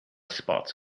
spots